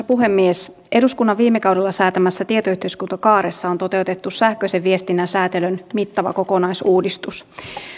puhemies eduskunnan viime kaudella säätämässä tietoyhteiskuntakaaressa on toteutettu sähköisen viestinnän säätelyn mittava kokonaisuudistus